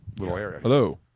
Hello